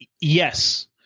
Yes